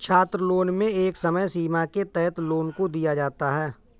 छात्रलोन में एक समय सीमा के तहत लोन को दिया जाता है